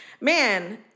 man